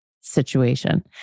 situation